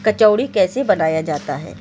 کچوری کیسے بنایا جاتا ہے